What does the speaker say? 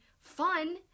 fun